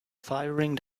firing